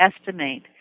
estimate